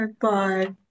Bye